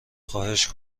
خواهش